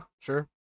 sure